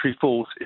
force